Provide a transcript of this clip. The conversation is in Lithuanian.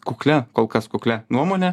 kuklia kol kas kuklia nuomone